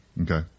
Okay